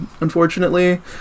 unfortunately